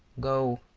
go.